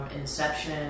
inception